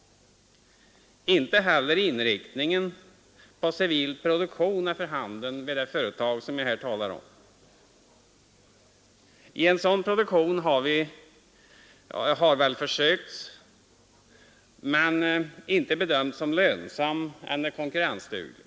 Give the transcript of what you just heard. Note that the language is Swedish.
Inte heller inriktningen på civil produktion är för handen vid det företag som jag här talar om. En sådan produktion har väl försökts men inte bedömts som lönsam eller konkurrensduglig.